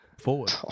forward